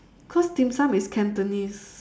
cause dim-sum is cantonese